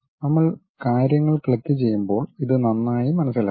നമ്മൾ കാര്യങ്ങൾ ക്ലിക്കുചെയ്യുമ്പോൾ ഇത് നന്നായി മനസ്സിലാക്കും